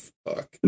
fuck